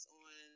on